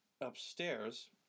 upstairs